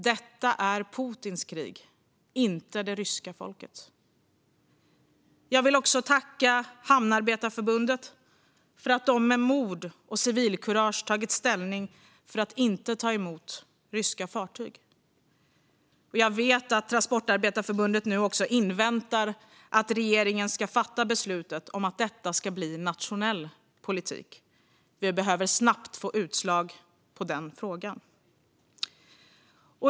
Detta är Putins krig, inte det ryska folkets. Jag vill också tacka Hamnarbetarförbundet för att de med mod och civilkurage tagit ställning för att inte ta emot ryska fartyg. Jag vet att Transportarbetareförbundet nu också inväntar att regeringen ska fatta beslut om att detta ska bli nationell politik. Vi behöver snabbt få utslag i frågan.